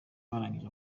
barangije